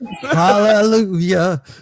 Hallelujah